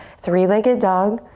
three-legged dog.